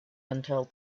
until